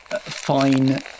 fine